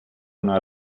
una